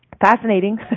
fascinating